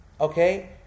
okay